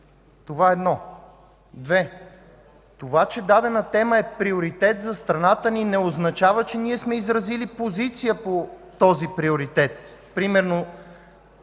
това едно. Две – това, че дадена тема е приоритет за страната ни, не означава, че ние сме изразили позиция по този приоритет примерно